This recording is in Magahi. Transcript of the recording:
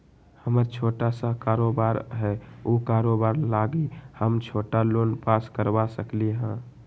हमर छोटा सा कारोबार है उ कारोबार लागी हम छोटा लोन पास करवा सकली ह?